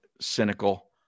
cynical